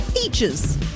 peaches